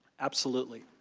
absolutely.